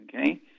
Okay